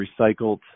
Recycled